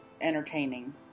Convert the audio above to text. entertaining